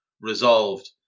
resolved